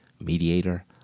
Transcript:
mediator